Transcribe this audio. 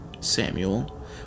Samuel